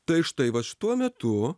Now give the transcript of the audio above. tai štai va šituo metu